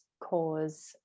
cause